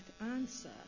answer